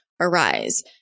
arise